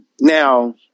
Now